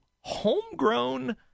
Homegrown